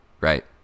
right